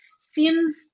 seems